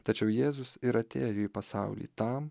tačiau jėzus ir atėjo į pasaulį tam